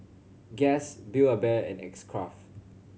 Guess Build A Bear and X Craft